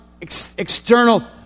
external